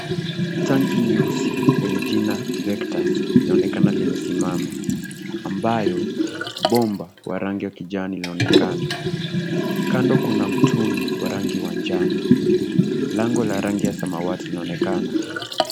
Tanki nyeusi, yenye jina Vectus, inaonekana limesimama, ambayo bomba wa rangi ya kijani inaonekana. Kando kuna mtungi wa rangi wa njano. Lango la rangi ya samawati linaonekana.